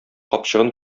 капчыгын